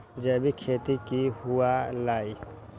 जैविक खेती की हुआ लाई?